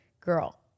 girl